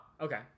okay